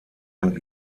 und